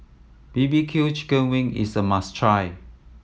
B B Q chicken wing is a must try